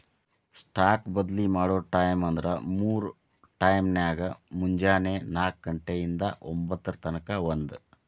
stock ಬದ್ಲಿ ಮಾಡೊ ಟೈಮ್ವ್ಂದ್ರ ಮೂರ್ ಟೈಮ್ನ್ಯಾಗ, ಮುಂಜೆನೆ ನಾಕ ಘಂಟೆ ಇಂದಾ ಒಂಭತ್ತರ ತನಕಾ ಒಂದ್